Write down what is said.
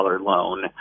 loan